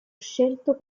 scelto